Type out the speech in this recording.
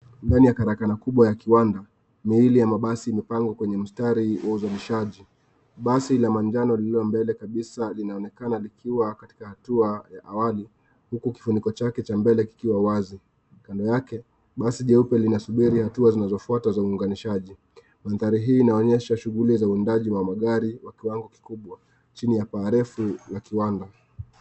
Ndani ya karakana kubwa ya kiwanda, mili ya mabasi imepangwa kwenye mstari wa uzalishaji. Basi la manjano lililo mbele kabisa linaonekana likiwa katika hatua ya awali huku kifuniko chake cha mbele kikiwa wazi. Kando yake, basi jeupe linasubiri hatua zinazofuata za uuanganishaji. Maandhari hii inaonyesha shughuli za uundaji wa magari kwa kiwango kikubwa chini ya paa refu la kiwanda..